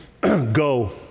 go